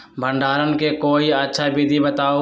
भंडारण के कोई अच्छा विधि बताउ?